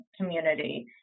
community